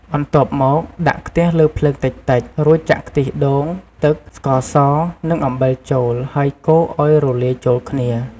បន្ទាប់មក ដាក់ខ្ទះលើភ្លើងតិចៗ រួចចាក់ខ្ទិះដូង ទឹក ស្ករស និងអំបិលចូល ហើយកូរឲ្យរលាយចូលគ្នា។